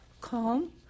calm